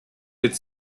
with